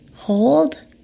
Hold